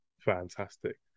Fantastic